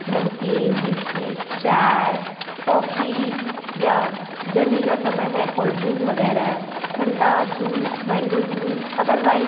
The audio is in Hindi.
नमकीन बिस्किट चाय कॉफी या गर्मी का समय है काेल्ड ड्रिंक वग़ैरह ठंडा जूस मैंगो जूस अदरवाइज़